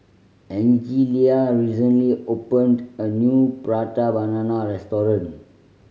Angelia recently opened a new Prata Banana restaurant